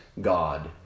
God